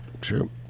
true